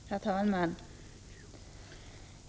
Herr talman!